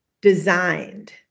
designed